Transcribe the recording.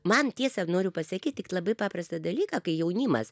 man tiesa noriu pasakyt tik labai paprastą dalyką kai jaunimas